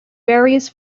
various